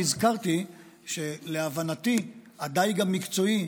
אני הזכרתי שלהבנתי הדיג המקצועי,